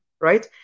right